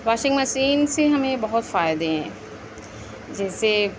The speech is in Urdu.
واشنگ مشین سے ہمیں بہت فائدے ہیں جیسے